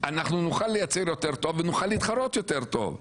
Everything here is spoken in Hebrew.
אנחנו נוכל לייצר יותר טוב ונוכל להתחרות יותר טוב.